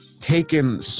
taken